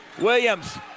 Williams